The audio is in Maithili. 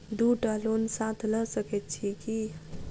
दु टा लोन साथ लऽ सकैत छी की?